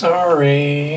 Sorry